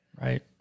right